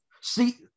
See